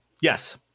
Yes